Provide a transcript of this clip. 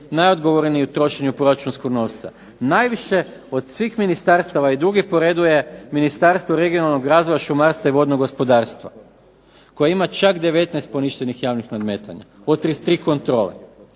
najodgovorniji u trošenju proračunskog novca. Najviše od svih ministarstava i drugi po redu je Ministarstvo regionalnog razvoja, šumarstva i vodnog gospodarstva koje ima čak 19 poništenih javnih nadmetanja u 33 kontrole.